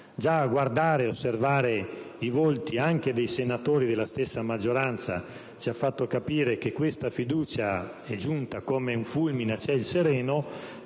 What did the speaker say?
Già guardare e osservare i volti anche dei senatori della stessa maggioranza, ci ha fatto capire che questa fiducia è giunta come un fulmine a ciel sereno,